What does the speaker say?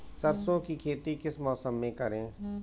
सरसों की खेती किस मौसम में करें?